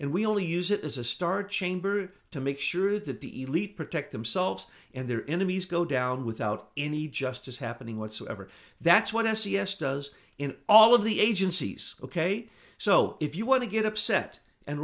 and we only use it as a star chamber to make sure that the elite protect themselves and their enemies go down without any justice happening whatsoever that's what s e s does in all of the agencies ok so if you want to get upset and